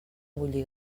bullir